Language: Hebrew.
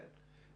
כן?